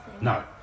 No